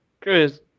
chris